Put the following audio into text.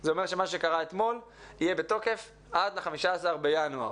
זה אומר שמה שקרה אתמול יהיה בתוקף עד 15 בינואר.